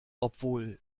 obwohl